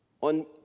On